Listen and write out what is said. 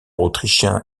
autrichien